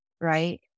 right